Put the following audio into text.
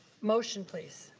motion please.